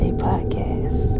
podcast